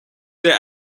their